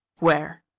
where?